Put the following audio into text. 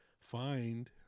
find